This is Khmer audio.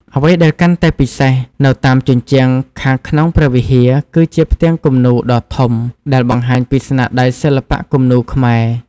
អ្វីដែលកាន់តែពិសេស នៅតាមជញ្ជាំងខាងក្នុងព្រះវិហារ គឺជាផ្ទាំងគំនូរដ៏ធំ ដែលបង្ហាញពីស្នាដៃសិល្បៈគំនូរខ្មែរ។